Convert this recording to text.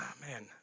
man